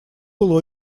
был